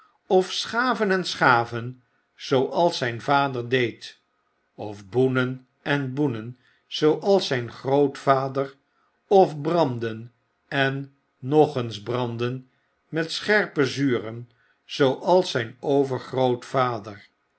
of schaven en schaven zooals zyn vader deed of boenen en boenen zooals zyn grootvader of branden en nog eens branden met scherpe zuren zooals zyn overgrootvader